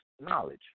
knowledge